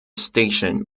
station